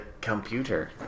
computer